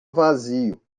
vazio